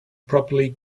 properly